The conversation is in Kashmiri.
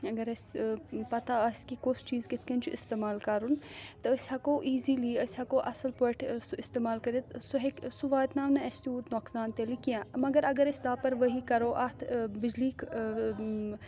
اگر اَسہِ پَتہ آسہِ کہِ کُس چیٖز کِتھ کٔنۍ چھُ اِستعمال کَرُن تہٕ أسۍ ہیکو ایٖزلی أسۍ ہیکو اَصٕل پٲٹھۍ سُہ اِستعمال کٔرِتھ سُہ ہیٚکہِ سُہ واتناو نہٕ اَسہِ تیوٗت نۄقصان تیٚلہِ کیٚنٛہہ مگر اگر أسۍ لاپروٲہی کَرو اَتھ بِجلی